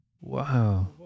Wow